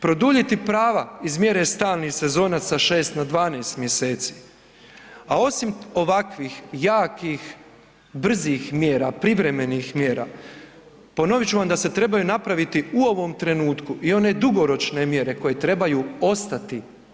Produljiti prava iz mjere stalnih sezonaca sa 6 na 12 mjeseci, a osim ovakvih jakih, brzih mjera, privremenih mjera ponovit ću vam da se trebaju napraviti u ovom trenutku i one dugoročne mjere koje trebaju ostati.